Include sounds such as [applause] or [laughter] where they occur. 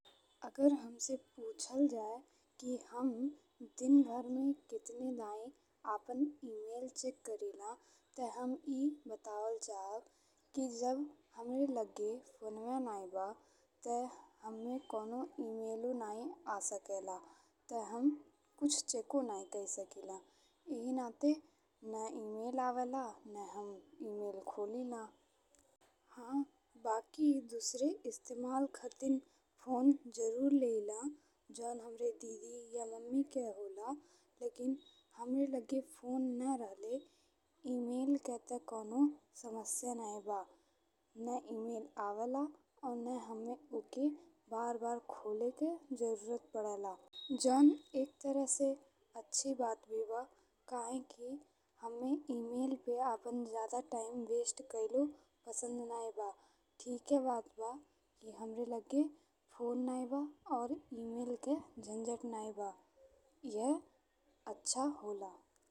[noise] अगर हमसे पुछल जाए कि हम दिन भर में कतने दई अपन ई मेल चेक करीला ते हम ई बतावल चाहब कि जब हमरे लगे फोनवे नाहीं बा ते हम्मे कउनो [noise] ई-मेलो नाहीं आ सकेला। [noise] ते हम कछु चेको नाहीं कइ सकिला। [noise] एहिं नाते ने ई-मेल आवेला ने हम ई-मेल खोलिला। [noise] हा बाकी दुसरे इस्तेमाल खातिर फोन जरूर लेइला जउन हमरे दीदी या मम्मी के होला लेकिन [noise] हमरे लगे [noise] फोन ने रहलें ई-मेल के ते कउनो समस्या नहीं बा। ने ई-मेल आवेला और ने हम्मे ओके बार बार खोले के जरूरत पड़ेला। [noise] जउन एक तरह से अच्छी बात भी बा काहेकि हम्मे ई-मेल पे अपन जादा टाइम वेस्ट कइला पसंद नहीं बा। ठीके बात बा के हमरे लगे फोन नाहीं बा और ई-मेल के झंझट नहीं बा। इहे अच्छा होला।